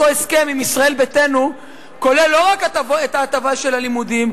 אותו הסכם עם ישראל ביתנו כולל לא רק את ההטבה של הלימודים,